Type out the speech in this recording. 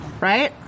Right